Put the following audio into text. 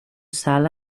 salt